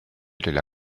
della